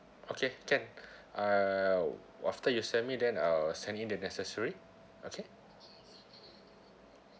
okay can uh after you send me then I'll send in the necessary okay